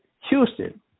Houston